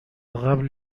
قبل